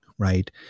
Right